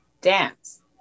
dance